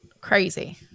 Crazy